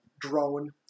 drone